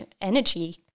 energy